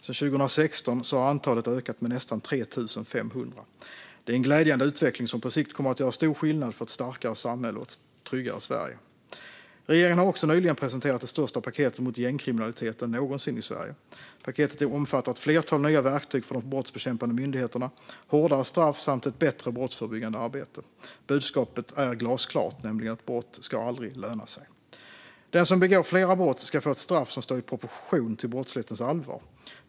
Sedan 2016 har antalet ökat med nästan 3 500. Det är en glädjande utveckling som på sikt kommer att göra stor skillnad för ett starkare samhälle och ett tryggare Sverige. Regeringen har också nyligen presenterat det största paketet mot gängkriminaliteten någonsin i Sverige. Paketet omfattar ett flertal nya verktyg för de brottsbekämpande myndigheterna, hårdare straff samt ett bättre brottsförebyggande arbete. Budskapet är glasklart, nämligen att brott aldrig ska löna sig. Den som begår flera brott ska få ett straff som står i proportion till brottslighetens allvar.